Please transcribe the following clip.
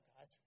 guys